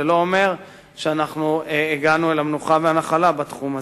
זה לא אומר שאנחנו הגענו אל המנוחה והנחלה בתחום הזה.